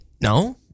No